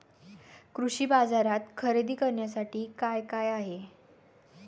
कृषी बाजारात खरेदी करण्यासाठी काय काय आहे?